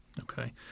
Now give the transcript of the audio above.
Okay